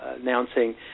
announcing